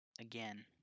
again